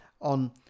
on